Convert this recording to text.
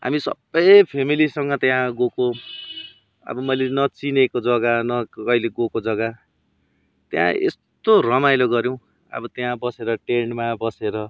हामी सबै फेमिलीसँग त्यहाँ गएको अब मैले नचिनेको जग्गा न कहिले गएको जग्गा त्यहाँ यस्तो रमाइलो गऱ्यौँ अब त्यहाँ बसेर टेन्टमा बसेर